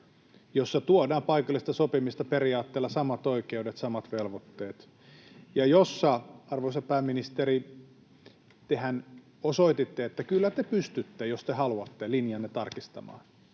jossa tuodaan paikallista sopimista periaatteella samat oikeudet, samat velvoitteet. Arvoisa pääministeri, tehän osoititte, että kyllä te pystytte, jos te haluatte, linjaanne tarkistamaan,